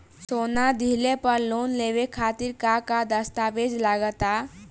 सोना दिहले पर लोन लेवे खातिर का का दस्तावेज लागा ता?